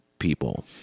People